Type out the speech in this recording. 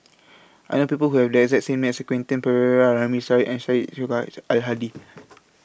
I know People Who Have The exact same name as Quentin Pereira Ramli Sarip and Syed Al Hadi